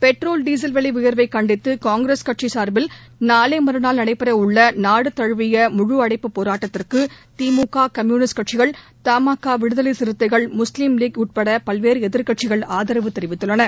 petrol diesel விலை உயர்வைக் கண்டித்து காங்கிரஸ் கட்சி சார்பில் நாளை மறுநாள் நடைபெறவுள்ள நாடு தழுவிய முழு அடைப்பு போராட்டத்திற்கு திமுக கம்யூனிஸ்ட் கட்சிகள் தமாகா விடுதலை சிறுத்தைகள் முஸ்லீம் லீக் உட்பட பல்வேறு எதிர்க்கட்சிகள் ஆதரவு தெரிவித்துள்ளன